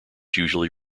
usually